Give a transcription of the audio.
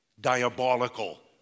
diabolical